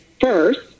first